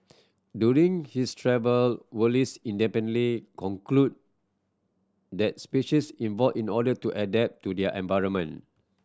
during his travel Wallace independently concluded that species evolve in order to adapt to their environment